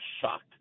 shocked